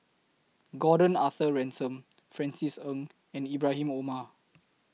Gordon Arthur Ransome Francis Ng and Ibrahim Omar